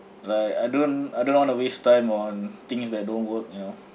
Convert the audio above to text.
like I don't I don't want to waste time on things that don't work you know